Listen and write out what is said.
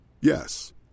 Yes